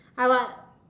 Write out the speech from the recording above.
I will